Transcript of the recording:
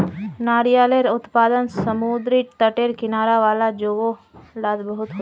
नारियालेर उत्पादन समुद्री तटेर किनारा वाला जोगो लात बहुत होचे